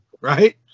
right